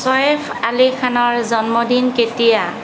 ছয়েফ আলী খানৰ জন্মদিন কেতিয়া